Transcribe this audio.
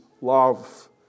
love